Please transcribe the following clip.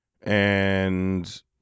and-